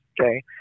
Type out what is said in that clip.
okay